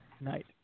night